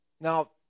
Now